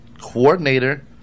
coordinator